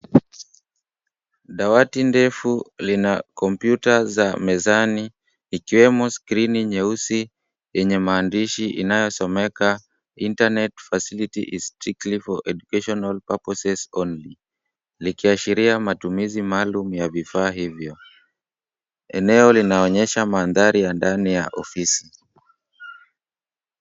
Dawati ndefu lina kompyuta za mezani ikiwemo skrini nyeusi yenye maandishi inayosomeka, Internet facility is strictly for educational purposes only likiashiria matumizi maalum ya vifaa hivyo. Eneo linaonyesha mandhari ya ndani ya ofisi.